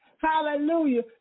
Hallelujah